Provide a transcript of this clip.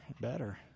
better